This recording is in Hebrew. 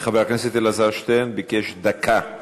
אלעזר שטרן ביקש דקה.